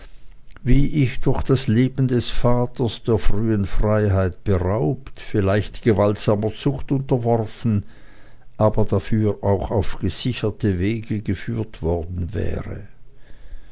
wie ich durch das leben des vaters der frühen freiheit beraubt vielleicht gewaltsamer zucht unterworfen aber dafür auch auf gesicherte wege geführt worden wäre